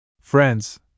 Friends